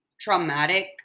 traumatic